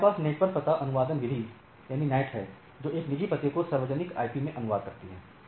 तो हमारे पास नेटवर्क पता अनुवादन विधि है जो एक निजी पाते को सार्वजनिक आईपी में अनुवाद करती है